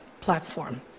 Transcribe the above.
platform